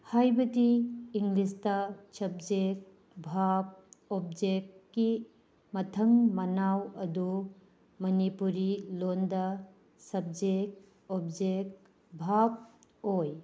ꯍꯥꯏꯕꯗꯤ ꯏꯪꯂꯤꯁꯇ ꯁꯕꯖꯦꯛ ꯚꯥꯔꯕ ꯑꯣꯞꯖꯦꯛꯀꯤ ꯃꯊꯪ ꯃꯅꯥꯎ ꯑꯗꯨ ꯃꯅꯤꯄꯨꯔꯤ ꯂꯣꯟꯗ ꯁꯕꯖꯦꯛ ꯑꯣꯞꯖꯦꯛ ꯚꯥꯔꯕ ꯑꯣꯏ